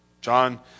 John